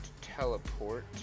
teleport